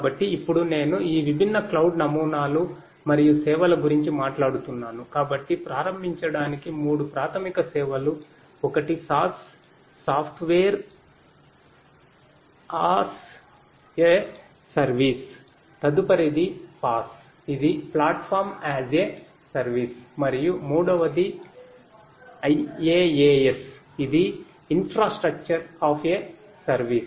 కాబట్టి ఇప్పుడు నేను ఈ విభిన్న క్లౌడ్ ఇది ప్లాట్ఫామ్ అస్ ఎ సర్వీస్ మరియు మూడవది IaaS ఇది ఇన్ఫ్రాస్ట్రక్చర్ అస్ ఎ సర్వీస్